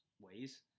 ways